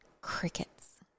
crickets